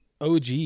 OG